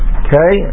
okay